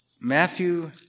Matthew